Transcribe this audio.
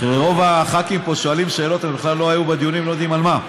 רוב הח"כים פה שואלים שאלות והם בכלל לא היו בדיונים ולא יודעים על מה,